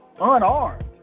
Unarmed